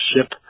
ship